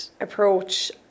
approach